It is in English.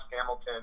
Hamilton